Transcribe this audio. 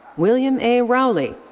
william a rowley.